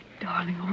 darling